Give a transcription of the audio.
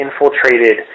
infiltrated